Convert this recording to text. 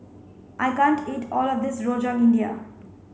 I can't eat all of this Rojak India